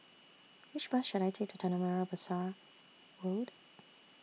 Which Bus should I Take to Tanah Merah Besar Road